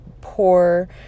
poor